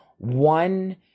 One